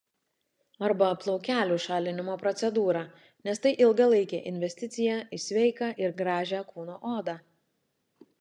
arba plaukelių šalinimo procedūrą nes tai ilgalaikė investiciją į sveiką ir gražią kūno odą